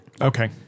Okay